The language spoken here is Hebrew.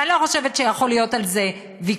ואני לא חושבת שיכול להיות על זה ויכוח.